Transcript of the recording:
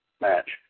match